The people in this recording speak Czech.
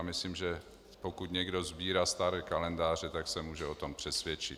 Myslím, že pokud někdo sbírá staré kalendáře, může se o tom přesvědčit.